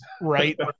Right